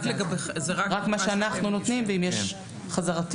רק מה שאנחנו נותנים ואם יש חזרתיות.